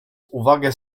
uwagę